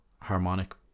harmonic